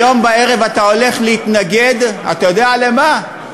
היום בערב אתה הולך להתנגד, אתה יודע למה?